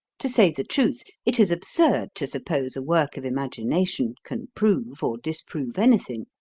to say the truth, it is absurd to suppose a work of imagination can prove or disprove anything.